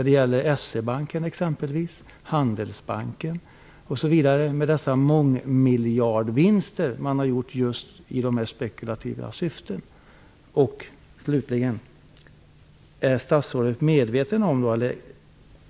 Det gäller exempelvis S-E-Banken, Handelsbanken, osv. med de mångmiljardvinster som man gjort i just spekulativt syfte.